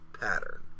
pattern